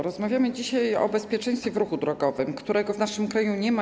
Rozmawiamy dzisiaj o bezpieczeństwie w ruchu drogowym, którego w naszym kraju nie ma.